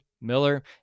Miller